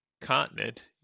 continent